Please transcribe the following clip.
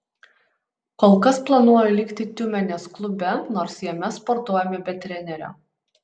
kol kas planuoju likti tiumenės klube nors jame sportuojame be trenerio